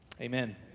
Amen